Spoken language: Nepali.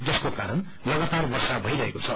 जसको कारण लगातार वर्षा भइरहेको छ